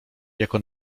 jako